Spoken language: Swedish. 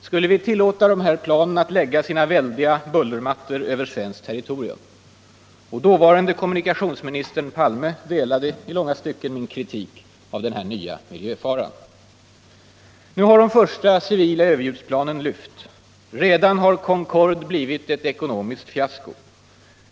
Skulle vi tillåta de här planen att lägga sina väldiga bullermattor över svenskt territorium? Dåvarande kommunikationsministern Palme delade i långa stycken min kritik av denna nya miljöfara. Nu har de första civila överljudsplanen lyft. Redan har Concorde blivit ett ekonomiskt fiasko.